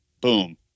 boom